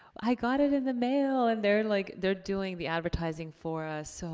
i got it in the mail. and they're like they're doing the advertising for us, so